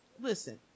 Listen